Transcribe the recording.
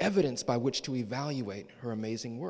evidence by which to evaluate her amazing